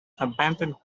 abandoned